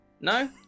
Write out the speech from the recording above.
No